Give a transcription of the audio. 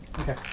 Okay